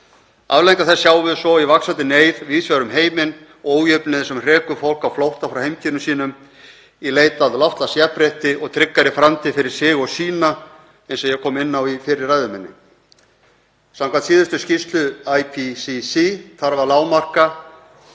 Afleiðingar þess sjáum við svo í vaxandi neyð víðs vegar um heiminn, ójöfnuði sem hrekur fólk á flótta frá heimkynnum sínum í leit að loftslagsjafnrétti og tryggari framtíð fyrir sig og sína, eins og ég kom inn á í fyrri ræðu minni. Samkvæmt síðustu skýrslu IPCC þarf að lágmarki